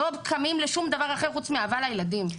לא קמים לשום דבר אחר חוץ מהאהבה לילדים.